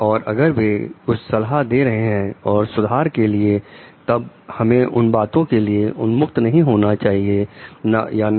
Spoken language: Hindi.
और अगर वे कुछ सलाह दे रहे हैं जो सुधार के लिए है तब हमें उन बातों के लिए उन्मुक्त होना चाहिए या नहीं